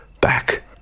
back